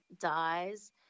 dies